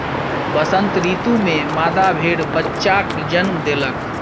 वसंत ऋतू में मादा भेड़ बच्चाक जन्म देलक